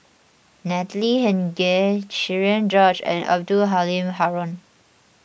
Natalie Hennedige Cherian George and Abdul Halim Haron